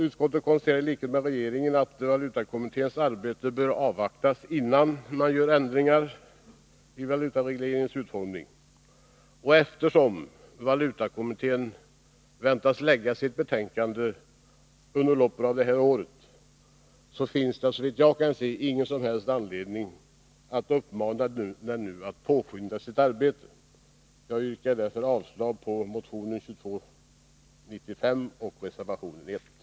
Utskottet konstaterar i likhet med regeringen att valutakommitténs arbete bör avvaktas, innan man gör ändringar i valutaregleringens utformning. Eftersom valutakommittén väntas framlägga sitt betänkande under loppet av innevarande år finns det, såvitt jag kan se, ingen som helst anledning att nu uppmana kommittén att påskynda sitt arbete. Jag yrkar därför avslag på motion 2295 och reservation nr 1.